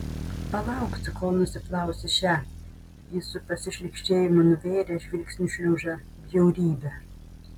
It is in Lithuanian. palauksiu kol nusiplausi šią jis su pasišlykštėjimu nuvėrė žvilgsniu šliužą bjaurybę